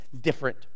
different